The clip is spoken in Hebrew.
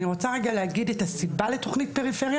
אני רוצה להגיד את הסיבה לתכנית פריפריה